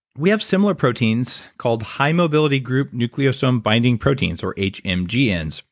we have similar proteins called high mobility group nucleosome binding proteins or hmgn.